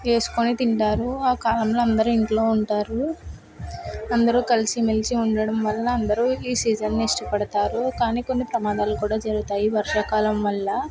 వేసుకోని తింటారు ఆ కాలంలో అందరూ ఇంట్లో ఉంటారు అందరూ కలిసిమెలిసి ఉండడం వలన అందరూ ఈ సీజన్ని ఇష్టపడతారు కానీ కొన్ని ప్రమాదాలు కూడా జరుగుతాయి వర్షాకాలం వల్ల